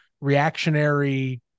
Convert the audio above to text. reactionary